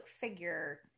figure